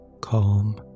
Calm